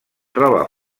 troba